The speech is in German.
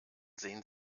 sehen